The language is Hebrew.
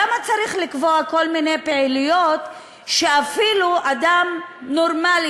למה צריך לקבוע כל מיני פעילויות שאפילו אדם נורמלי,